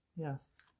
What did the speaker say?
Yes